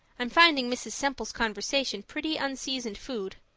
i'm finding mrs. semple's conversation pretty unseasoned food.